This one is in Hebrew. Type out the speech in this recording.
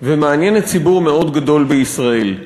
ומעניינת ציבור מאוד גדול בישראל.